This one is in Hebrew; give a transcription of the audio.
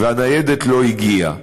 והניידת לא הגיעה.